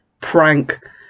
prank